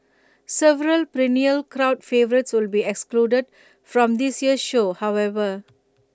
several perennial crowd favourites will be excluded from this year's show however